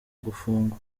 gufungwa